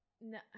No